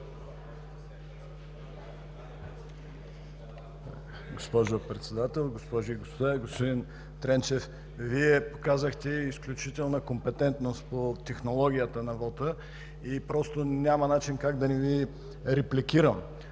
Госпожо Председател, госпожи и господа! Господин Тренчев, Вие показахте изключителна компетентност по технологията на вота. Няма как да не Ви репликирам.